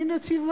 היה צריך להציע